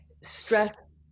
stress